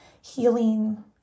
healing